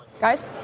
Guys